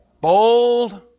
bold